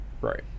Right